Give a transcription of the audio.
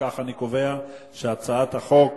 אם כך, אני קובע שהצעת החוק